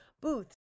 booths